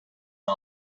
are